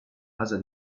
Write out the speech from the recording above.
casa